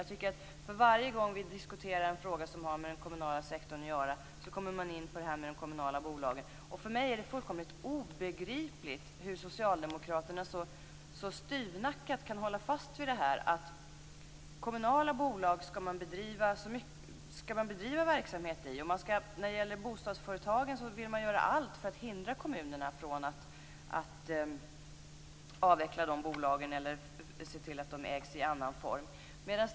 Jag tycker att för varje gång vi diskuterar en fråga som har med den kommunala sektorn att göra så kommer man in på de kommunala bolagen. För mig är det fullkomligt obegripligt hur socialdemokraterna så styvnackat kan hålla fast vid att kommunala bolag skall man bedriva verksamhet i. När det gäller bostadsföretagen vill man göra allt för att hindra kommunerna från att avveckla de bolagen eller se till att de ägs i annan form.